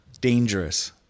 dangerous